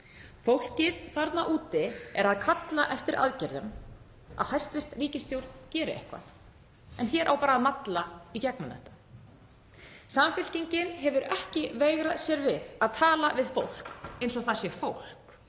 Fólkið þarna úti er að kalla eftir aðgerðum, að hæstv. ríkisstjórn geri eitthvað. En hér á bara að malla í gegnum þetta. Samfylkingin hefur ekki veigrað sér við að tala við fólk eins og það sé fólk,